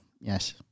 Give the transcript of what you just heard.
Yes